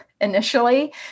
initially